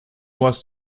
was